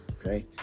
Okay